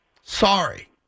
Sorry